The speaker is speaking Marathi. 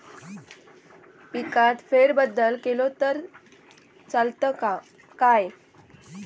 पिकात फेरबदल केलो तर चालत काय?